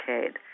decade